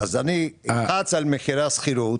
אז אני אלחץ על מחירי השכירות,